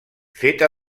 feta